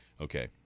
okay